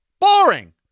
boring